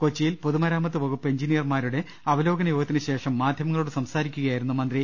കൊച്ചി യിൽ പൊതുമരാമത്ത് വകുപ്പ് എഞ്ചിനീയർമാരുടെ അവലോ കന യോഗത്തിനുശേഷം മാധ്യമങ്ങളോട് സംസാരിക്കുകയാ യിരുന്നു മന്ത്രി